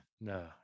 no